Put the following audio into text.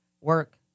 work